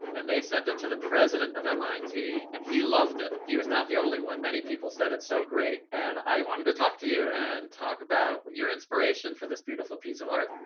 and they sent it to the president of mit, and he loved it. he was not the only one. many people said, it's so great. and i wanted to talk to you and talk about your inspiration for this beautiful piece of art.